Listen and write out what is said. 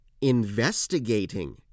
Investigating